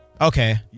Okay